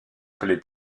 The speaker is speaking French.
appelé